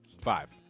Five